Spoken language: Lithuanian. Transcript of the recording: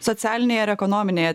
socialinėje ir ekonominėje